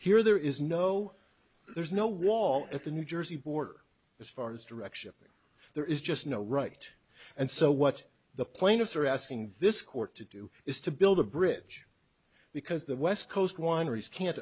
here there is no there's no wall at the new jersey border as far as direction there is just no right and so what the plaintiffs are asking this court to do is to build a bridge because the west coast wineries can't